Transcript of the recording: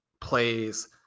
plays